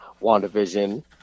WandaVision